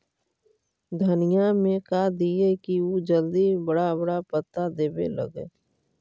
धनिया में का दियै कि उ जल्दी बड़ा बड़ा पता देवे लगै?